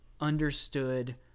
understood